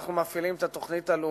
אנחנו מפעילים את התוכנית הלאומית,